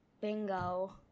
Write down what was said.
bingo